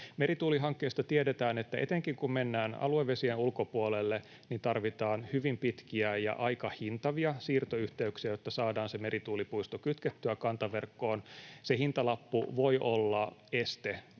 Merituulihankkeista tiedetään, että etenkin kun mennään aluevesien ulkopuolelle, niin tarvitaan hyvin pitkiä ja aika hintavia siirtoyhteyksiä, jotta saadaan se merituulipuisto kytkettyä kantaverkkoon. Se hintalappu voi olla este